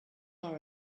are